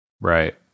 Right